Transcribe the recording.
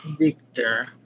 Victor